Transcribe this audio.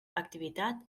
activitat